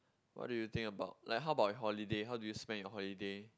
what do you think about like how about your holiday how do you spend your holiday